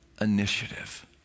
initiative